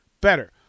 better